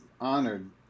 honored